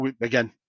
again